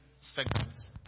segments